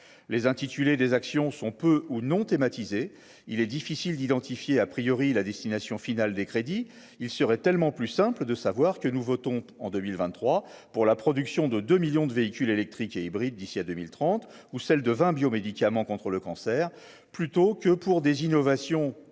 les intitulés des actions sont peu ou non thématisé, il est difficile d'identifier a priori la destination finale des crédits, il serait tellement plus simple de savoir que nous votons en 2023 pour la production de 2 millions de véhicules électriques et hybrides d'ici à 2030, ou celle de 20 biomédicaments contre le cancer, plutôt que pour des innovations, je cite,